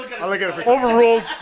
overruled